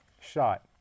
shot